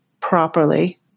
properly